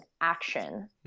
action